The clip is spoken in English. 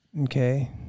Okay